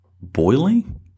boiling